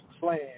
plan